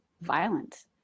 violent